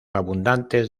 abundantes